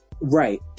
Right